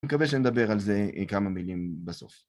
מקווה שנדבר על זה כמה מילים בסוף.